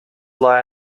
lie